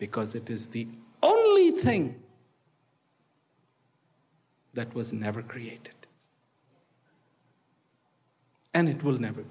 because it is the only thing that was never created and it will never